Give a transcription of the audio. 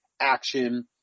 action